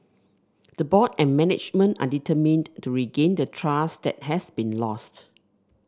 the board and management are determined to regain the trust that has been lost